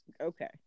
Okay